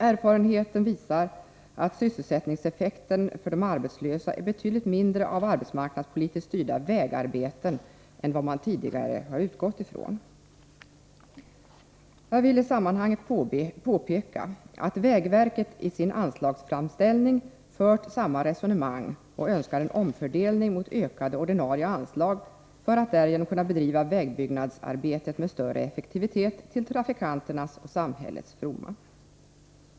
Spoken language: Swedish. Erfarenheten visar att sysselsättningseffekten för de arbetslösa är betydligt mindre av arbetsmarknadspolitiskt styrda vägarbeten än vad man tidigare utgått ifrån. Jag vill i sammanhanget påpeka att vägverket i sin anslagsframställning fört samma resonemang och önskar en omfördelning mot ökade ordinarie anslag för att därigenom kunna bedriva vägbyggnadsarbetet med större effektivitet till trafikanternas och samhällets fromma.